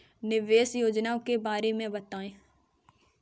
निवेश योजना के बारे में बताएँ?